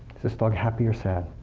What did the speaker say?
is this dog happy or sad?